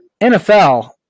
NFL